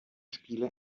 spiele